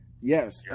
Yes